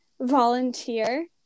volunteer